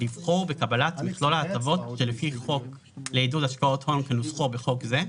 לבחור בקבלת מכלול ההטבות שלפי החוק לעידוד השקעות הון כנוסחו בחוק זה,